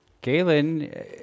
Galen